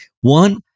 One